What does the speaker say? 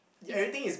everything is